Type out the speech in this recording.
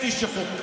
יום אחרי יום.